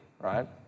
right